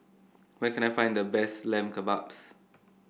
where can I find the best Lamb Kebabs